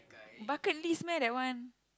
bucket list meh that one